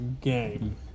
Game